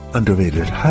Underrated